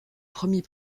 premier